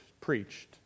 preached